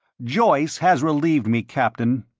joyce has relieved me, captain,